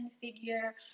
figure